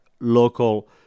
local